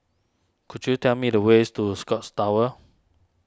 could you tell me the ways to Scotts Tower